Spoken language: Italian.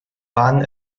pan